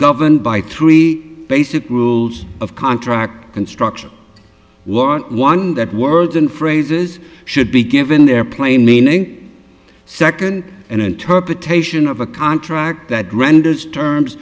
governed by three basic rules of contract construction war one that words and phrases should be given their plain meaning second an interpretation of a contract that renders terms